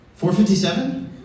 4.57